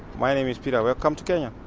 my name is peter. welcome to kenya,